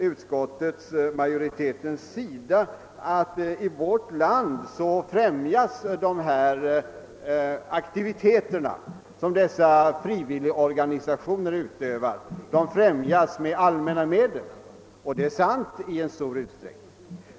Utskottsmajoriteten anför att i vårt land främjas de aktiviteter som dessa frivilliga organisationer utövar med allmänna medel. Det är sant att så'sker i stor utsträckning.